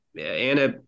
Anna